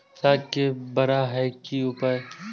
साग के बड़ा है के उपाय?